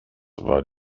war